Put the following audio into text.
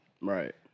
Right